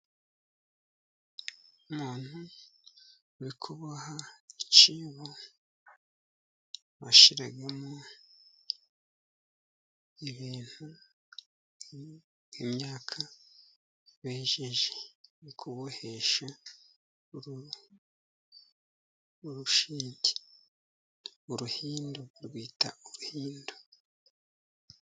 Umuntu urikuboha icyibo, bashiramo ibintu imyaka bejeje, arikubohesha uru urushinti, uruhindu rwita uruhindu.